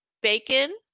bacon